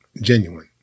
genuine